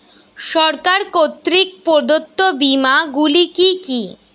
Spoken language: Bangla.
সরকার কর্তৃক প্রদত্ত বিমা গুলি কি কি?